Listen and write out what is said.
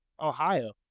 Ohio